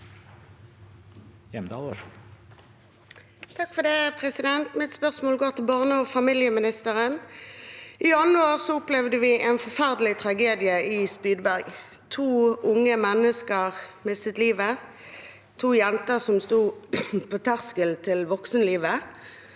(FrP) Mitt spørsmål går til barne- og familieministeren. I januar opplevde vi en forferdelig tragedie i Spydeberg. To unge mennesker mistet livet, to jenter som sto på terskelen til voksenlivet.